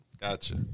Gotcha